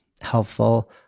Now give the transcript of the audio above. helpful